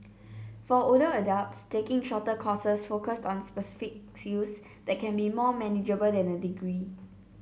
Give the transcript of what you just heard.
for older adults taking shorter courses focused on specific skills they can be more manageable than a degree